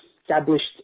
established